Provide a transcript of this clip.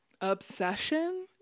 obsession